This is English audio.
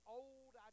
old